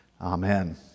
Amen